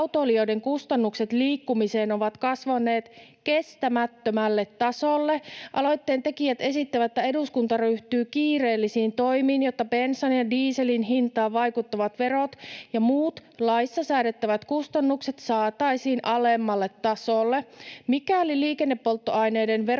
kustannukset liikkumiseen ovat kasvaneet kestämättömälle tasolle. Aloitteen tekijät esittävät, että eduskunta ryhtyy kiireellisiin toimiin, jotta bensan ja dieselin hintaan vaikuttavat verot ja muut laissa säädettävät kustannukset saataisiin alemmalle tasolle. Mikäli liikennepolttoaineiden verotusta